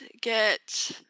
get